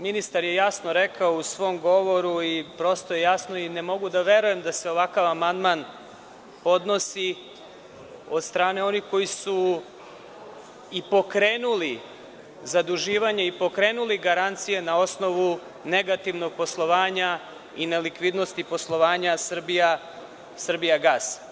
Ministar je jasno rekao u svom govoru i ne mogu da verujem da se ovakav amandman podnosi od strane onih koji su i pokrenuli zaduživanje i pokrenuli garancije na osnovu negativnog poslovanja i na likvidnosti poslovanja „Srbijagasa“